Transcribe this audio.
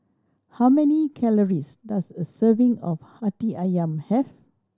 how many calories does a serving of Hati Ayam have